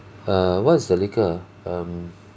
err what's the liqueur ah um